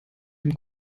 dem